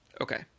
Okay